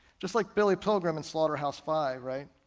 just like billy pilgrim in slaughterhouse five, right?